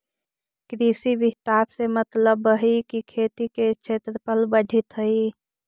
कृषि विस्तार से मतलबहई कि खेती के क्षेत्रफल बढ़ित हई